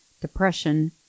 depression